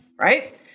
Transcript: Right